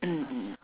mm mm